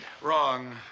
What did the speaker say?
Wrong